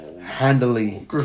handily